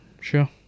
sure